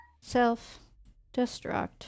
self-destruct